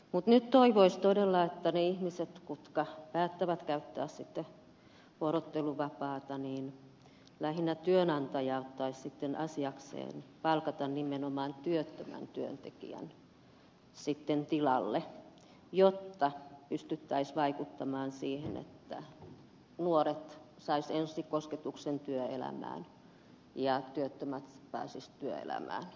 mutta nyt toivoisi todella että kun ihmiset päättävät käyttää sitten vuorotteluvapaata niin lähinnä työnantaja ottaa sitten asiakseen palkata nimenomaan työttömän työntekijän tilalle jotta pystyttäisiin vaikuttamaan siihen että nuoret saisivat ensikosketuksen työelämään ja työttömät pääsisivät työelämään